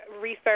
research